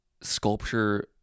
sculpture